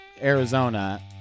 Arizona